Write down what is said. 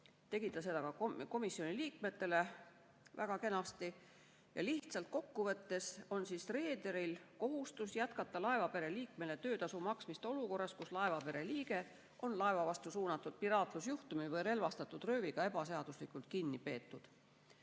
tegi ta seda ka komisjoni liikmetele väga kenasti. Lihtsalt kokku võttes on reederil kohustus jätkata laevapere liikmele töötasu maksmist olukorras, kus laevapere liige on laeva vastu suunatud piraatlusjuhtumi või relvastatud rööviga ebaseaduslikult kinni peetud. Mõned